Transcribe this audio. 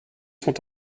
sont